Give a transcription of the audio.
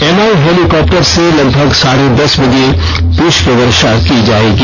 MI helicopter से लगभग साढ़े दस बजे पुष्प वर्षा की जायेगी